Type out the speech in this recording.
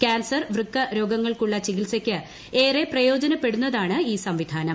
cancer വൃക്ക രോഗങ്ങൾക്കുള്ള ചികിത്സയ്ക്ക് ഏറെ പ്രയോജനപ്പെടുന്നതാണ് ഈ സംവിധാനം